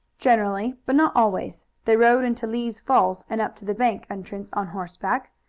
generally, but not always. they rode into lee's falls and up to the bank entrance on horseback.